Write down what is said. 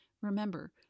Remember